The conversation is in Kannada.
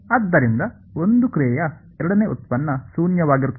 ಆದ್ದರಿಂದ ಒಂದು ಕ್ರಿಯೆಯ ಎರಡನೇ ಉತ್ಪನ್ನ ಶೂನ್ಯವಾಗಿರುತ್ತದೆ